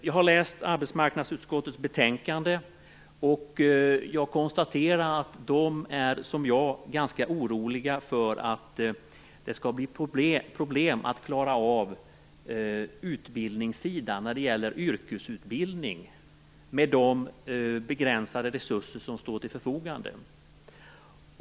Jag har läst arbetsmarknadsutskottets betänkande, och jag konstaterar att utskottet liksom jag är ganska oroligt för att det skall bli problem att klara av yrkesutbildningen med de begränsade resurser som står till förfogande.